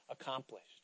accomplished